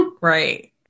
Right